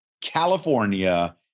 California